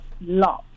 love